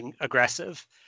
aggressive